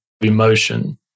emotion